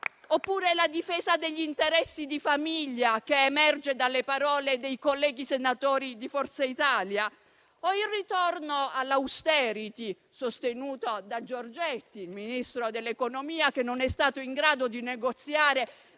Oppure la difesa degli interessi di famiglia che emerge dalle parole dei colleghi senatori di Forza Italia? O il ritorno all'*austerity*, sostenuto da Giorgetti, ministro dell'economia, che non è stato in grado di negoziare